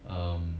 um